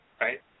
right